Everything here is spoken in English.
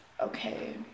okay